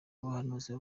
abahanuzi